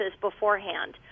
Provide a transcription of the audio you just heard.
beforehand